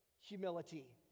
humility